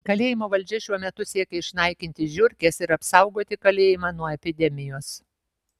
kalėjimo valdžia šiuo metu siekia išnaikinti žiurkes ir apsaugoti kalėjimą nuo epidemijos